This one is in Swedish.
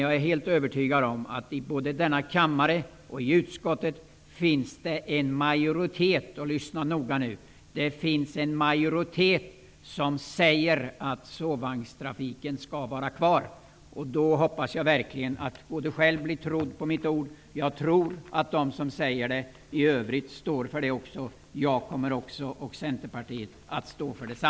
Jag är helt övertygad om att det i denna kammare och i utskottet finns en majoritet -- lyssna nu noga -- Jag hoppas verkligen att jag blir trodd på mina ord. Jag tror att alla övriga står för vad de sagt, liksom jag och Centerpartiet kommer att göra.